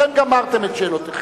אתם גמרתם את שאלותיכם.